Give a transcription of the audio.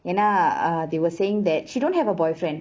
and ah uh they were saying that she don't have a boyfriend